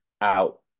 out